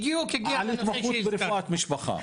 רק שני משפטים על התמחות ברפואת משפחה.